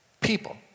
people